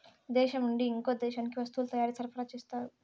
దేశం నుండి ఇంకో దేశానికి వస్తువుల తయారీ సరఫరా చేస్తారు